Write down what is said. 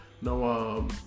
no